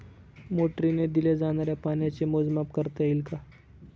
मोटरीने दिल्या जाणाऱ्या पाण्याचे मोजमाप करता येईल का?